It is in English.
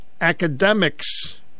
academics